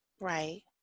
right